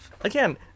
Again